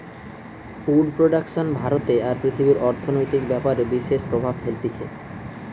would production ভারতে আর পৃথিবীর অর্থনৈতিক ব্যাপারে বিশেষ প্রভাব ফেলতিছে